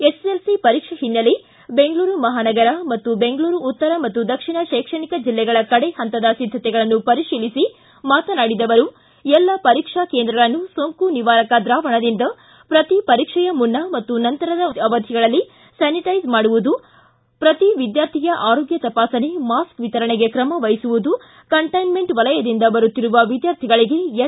SSLC ಪರೀಕ್ಷೆ ಹಿನ್ನೆಲೆ ಬೆಂಗಳೂರು ಮಹಾನಗರ ಮತ್ತು ಬೆಂಗಳೂರು ಉತ್ತರ ಮತ್ತು ದಕ್ಷಿಣ ಶೈಕ್ಷಣಿಕ ಜಲ್ಲೆಗಳ ಕಡೇ ಪಂತದ ಸಿದ್ಧತೆಗಳನ್ನು ಪರಿಶೀಲಿಸಿ ಮಾತನಾಡಿದ ಅವರು ಎಲ್ಲ ಪರೀಕ್ಷಾ ಕೇಂದ್ರಗಳನ್ನು ಸೊಂಕು ನಿವಾರಕ ದ್ರಾವಣದಿಂದ ಪ್ರತಿ ಪರೀಕ್ಷೆಯ ಮುನ್ನ ಹಾಗೂ ನಂತರದ ಅವಧಿಗಳಲ್ಲಿ ಸ್ಥಾನಿಟೈಸ್ ಮಾಡುವುದು ಪ್ರತಿ ವಿದ್ಯಾರ್ಥಿಯ ಆರೋಗ್ಯ ತಪಾಸಣೆ ಮಾಸ್ಕ ವಿತರಣೆಗೆ ಕ್ರಮ ವಹಿಸುವುದು ಕಂಟೈನ್ಮೆಂಟ್ ವಲಯದಿಂದ ಬರುತ್ತಿರುವ ವಿದ್ಕಾರ್ಥಿಗಳಿಗೆ ಎನ್